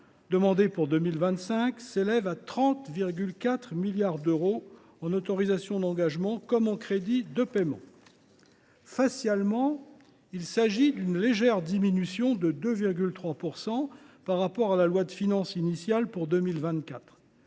demandés pour 2025 s’élèvent à 30,4 milliards d’euros en autorisations d’engagement et en crédits de paiement. Au premier abord, il s’agit d’une légère diminution, de 2,3 %, par rapport à la loi de finances initiale pour 2024.